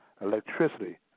electricity